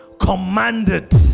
Commanded